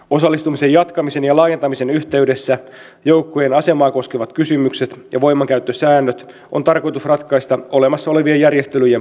osallistumisen jatkamisen ja laajentamisen yhteydessä joukkojen asemaa koskevat kysymykset ja voimankäyttösäännöt on tarkoitus ratkaista olemassa olevien järjestelyjen pohjalta